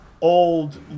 old